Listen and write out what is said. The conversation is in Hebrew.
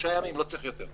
שלושה ימים, לא צריך יותר.